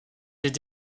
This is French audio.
aient